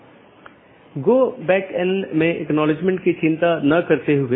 तो यह network layer reachability की जानकारी है